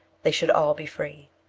they should all be free.